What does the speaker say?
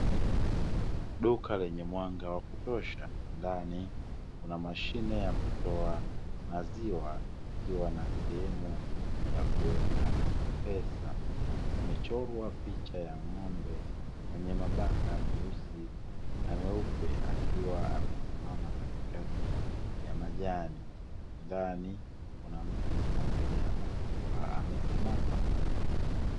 Duka lenye mwanga wa kutosha ndani kuna mashine yakutoa maziwa ikiwa na sehemu ya kuweka pesa, imechorwa picha ya ng’ombe mwenye mabaka meusi na meupe akiwa amesimama katikati ya majani, ndani kuna mtu mmoja akiwa amesimama.